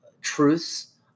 truths